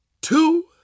two